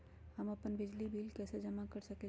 हम अपन बिजली बिल कैसे जमा कर सकेली?